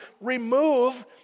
remove